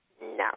No